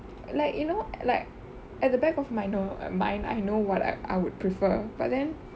like you know like at the back of my m~ mind I know what I I would prefer but then